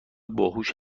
باهوش